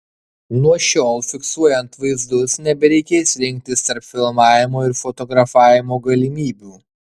nuo šiol fiksuojant vaizdus nebereikės rinktis tarp filmavimo ir fotografavimo galimybių